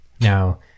Now